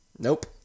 Nope